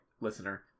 listener